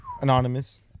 anonymous